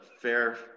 fair